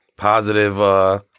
Positive